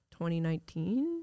2019